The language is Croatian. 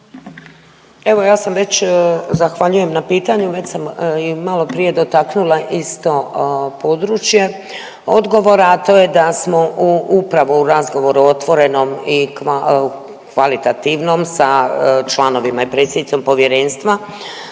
Evo ja sam već, zahvaljujem na pitanju, već sam i maloprije dotaknula isto područje odgovora, a to je da smo u, upravo u razgovoru otvorenom i kvalitativnom sa članovima i predsjednicom Povjerenstva